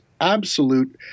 absolute